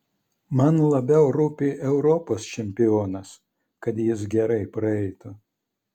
man labiau rūpi europos čempionas kad jis gerai praeitų